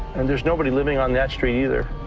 and there's nobody living on that street, either,